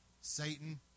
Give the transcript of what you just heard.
satan